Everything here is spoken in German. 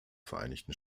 vereinigten